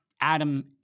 Adam